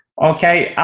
ok,